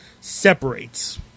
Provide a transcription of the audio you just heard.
separates